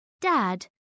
Dad